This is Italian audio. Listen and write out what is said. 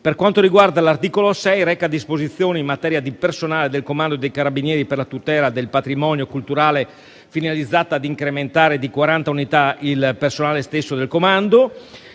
sequestrati. L'articolo 6 reca disposizioni in materia di personale del Comando dei carabinieri per la tutela del patrimonio culturale, finalizzate ad incrementare di 40 unità il personale stesso del Comando.